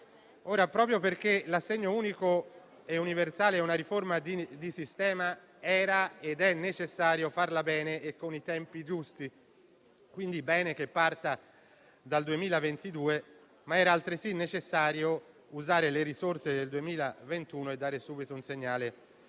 Proprio perché l'assegno unico e universale è una riforma di sistema, era ed è necessario farla bene e con i tempi giusti. Quindi è bene che parta dal 2022, ma era altresì necessario usare le risorse del 2021 e dare subito un segnale